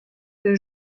que